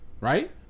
Right